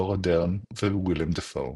לורה דרן ו-ווילם דפו.